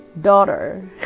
daughter